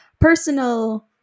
personal